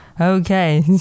okay